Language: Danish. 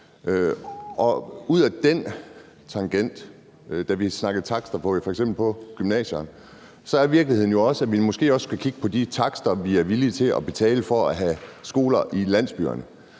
ud ad den tangent, som da vi snakkede takster på f.eks. gymnasierne, så er virkeligheden jo også, at vi måske også skal kigge på de takster, vi er villige til at betale for at have skoler i landsbyerne.